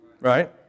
Right